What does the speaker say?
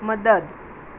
મદદ